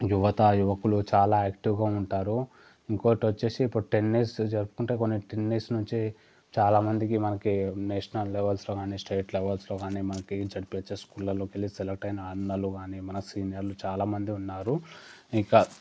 యువత యువకులు చాలా యాక్టీవ్గా ఉంటారు ఇంకొకటి వచ్చేసి ఇప్పుడు టెన్నిస్ జరుపుకుంటూ కొన్ని టెన్నిస్ నుంచి చాలా మందికి మనకి నేషనల్ లెవల్స్లో కానీ స్టేట్ లెవల్స్లో కానీ మనకి జడ్పిహెచ్ఎస్ స్కూళ్ళలోకెళ్ళి మనకి సెలెక్ట్ అయిన అన్నలు మన సీనియర్లు చాలా మంది ఉన్నారు ఇంకా